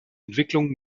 entwicklung